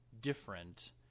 different